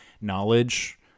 knowledge